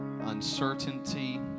uncertainty